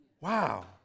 Wow